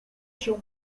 się